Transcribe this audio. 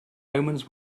omens